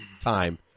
time